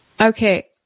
Okay